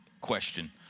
question